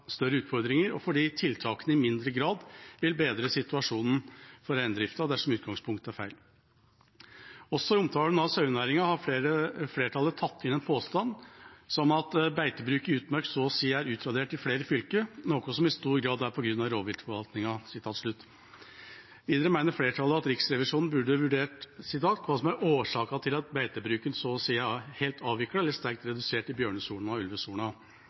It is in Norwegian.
større utfordringer, og fordi tiltakene i mindre grad vil bedre situasjonen for reindrifta dersom utgangspunktet er feil. Også i omtalen av sauenæringen har flertallet tatt inn en påstand om at «beitebruk i utmark så å seie er utradert i fleire fylke, noko som i stor grad er på grunn av rovviltforvaltinga». Videre mener flertallet at Riksrevisjonen burde ha vurdert «kva som er årsakene til at beitebruken så å seie er avvikla eller sterkt redusert i bjørnesona og ulvesona,